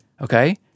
okay